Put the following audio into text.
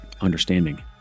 understanding